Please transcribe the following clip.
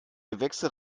gewächse